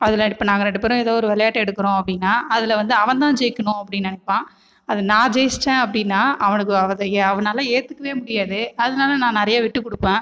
அதில் இப்போ நாங்க ரெண்டு பேரும் ஏதோ ஒரு விளையாட்டு எடுக்குகிறோம் அப்படினா அதில் வந்து அவன் தான் ஜெயிக்கணும் அப்படினு நினப்பா அதை நான் ஜெயிச்சுட்டேன் அப்படின்னா அவனுக்கு அதை அவனால் ஏற்றுக்கவே முடியாது அதனால் நான் நிறைய விட்டுக்கொடுப்பேன்